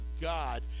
God